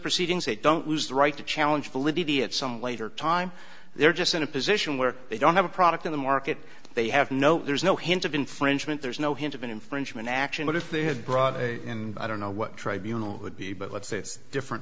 proceedings they don't lose the right to challenge validity at some later time they're just in a position where they don't have a product in the market they have no there's no hint of infringement there's no hint of an infringement action but if they have brought in i don't know what tribunals would be but let's say it's different